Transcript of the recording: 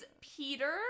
Peter